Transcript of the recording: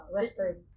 Western